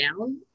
down